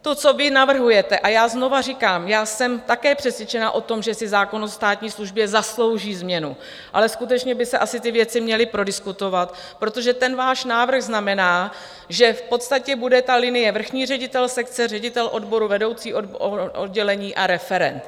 To, co vy navrhujete a já znovu říkám, já jsem také přesvědčena o tom, že si zákon o státní službě zaslouží změnu, ale skutečně by se asi ty věci měly prodiskutovat protože ten váš návrh znamená, že v podstatě bude linie: vrchní ředitel sekce ředitel odboru vedoucí oddělení a referent.